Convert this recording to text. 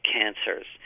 cancers